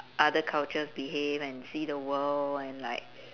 other cultures behave and see the world and like